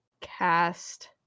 cast